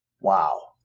Wow